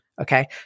Okay